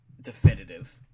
definitive